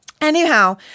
Anyhow